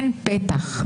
שלוש דקות לרשותך.